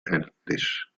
erhältlich